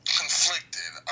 conflicted